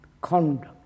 conduct